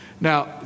Now